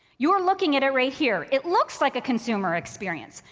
you are looking at it right here, it looks like a consumer experience.